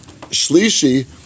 Shlishi